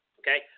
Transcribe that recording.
okay